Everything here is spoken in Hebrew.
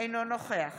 אינו נוכח